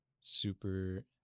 Super